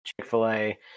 chick-fil-a